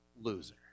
loser